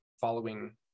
following